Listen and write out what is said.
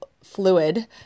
fluid